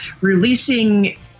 releasing